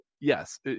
yes